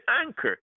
anchor